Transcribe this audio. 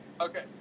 Okay